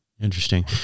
interesting